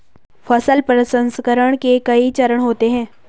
फसल प्रसंसकरण के कई चरण होते हैं